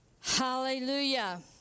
hallelujah